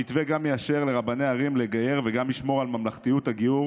המתווה גם יאשר לרבני ערים לגייר וגם לשמור על ממלכתיות הגיור